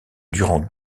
durant